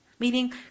Meaning